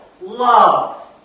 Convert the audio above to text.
loved